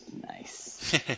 Nice